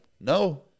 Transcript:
no